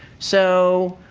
so